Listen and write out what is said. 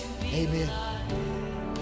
amen